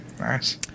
nice